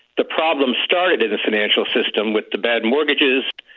the problems started in the financial system with the bad mortgages,